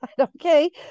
okay